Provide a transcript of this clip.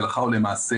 להלכה או למעשה